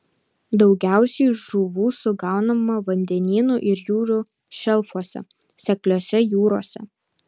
daugiausiai žuvų sugaunama vandenynų ir jūrų šelfuose sekliose jūrose